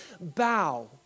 bow